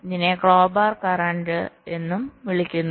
ഇതിനെ crowbar current എന്നും വിളിക്കുന്നു